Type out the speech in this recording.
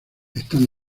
están